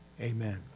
Amen